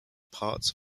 parts